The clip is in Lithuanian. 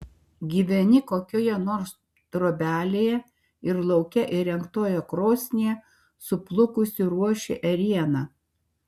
gyveni kokioje nors trobelėje ir lauke įrengtoje krosnyje suplukusi ruoši ėrieną